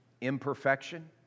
imperfection